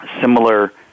similar